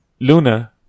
Luna